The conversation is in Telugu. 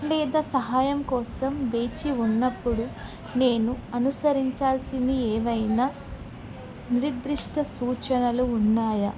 లేదా సహాయం కోసం వేచి ఉన్నప్పుడు నేను అనుసరించాల్సిన ఏవైనా నిర్దిష్ట సూచనలు ఉన్నాయా